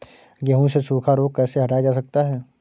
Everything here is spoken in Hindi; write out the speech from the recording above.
गेहूँ से सूखा रोग कैसे हटाया जा सकता है?